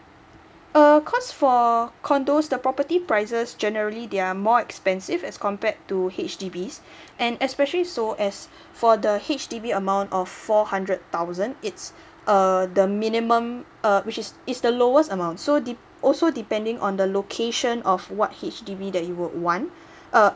err cause for condos the property prices generally they are more expensive as compared to H_D_B and especially sold as for the H_D_B amount of four hundred thousand it's err the minimum uh which is is the lowest amount so de~ also depending on the location of what H_D_B that you would want uh